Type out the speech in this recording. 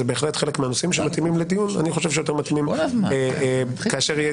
זה בהחלט חלק מהנושאים שמתאימים לדיון כאשר יהיה